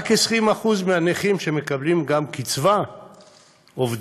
רק 20% מהנכים שמקבלים גם קצבה עובדים.